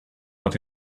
but